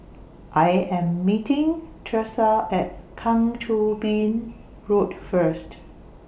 I Am meeting Tresa At Kang Choo Bin Road First